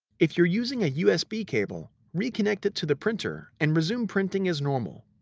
if you're using a usb cable, reconnect it to the printer and resume printing as normal.